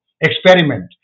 experiment